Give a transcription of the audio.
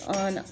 on